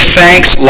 thanks